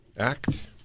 Act